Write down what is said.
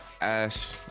Ash